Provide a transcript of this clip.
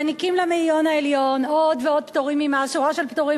מעניקים למאיון העליון עוד ועוד פטורים ממס,